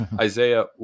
Isaiah